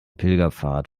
pilgerpfad